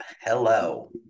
Hello